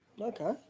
Okay